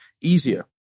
easier